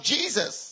Jesus